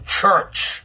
church